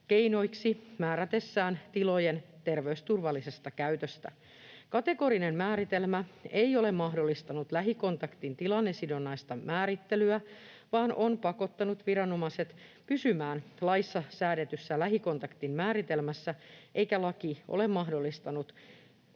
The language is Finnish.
keinoiksi määrätessään tilojen terveysturvallisesta käytöstä. Kategorinen määritelmä ei ole mahdollistanut lähikontaktin tilannesidonnaista määrittelyä vaan on pakottanut viranomaiset pysymään laissa säädetyssä lähikontaktin määritelmässä, eikä laki ole mahdollistanut